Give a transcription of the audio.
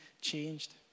changed